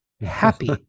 happy